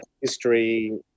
history